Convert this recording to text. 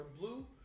blue